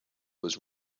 was